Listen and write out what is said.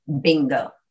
Bingo